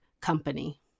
company